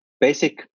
basic